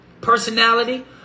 personality